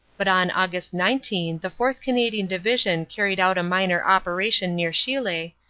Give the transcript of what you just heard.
but on aug. nineteen the fourth. canadian division carried out a minor operation near chilly,